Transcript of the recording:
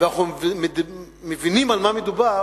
ואנחנו מבינים על מה מדובר,